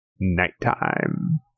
nighttime